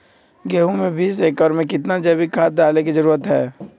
गेंहू में बीस एकर में कितना जैविक खाद डाले के जरूरत है?